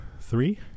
three